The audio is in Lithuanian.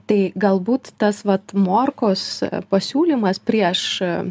tai galbūt tas vat morkos pasiūlymas prieš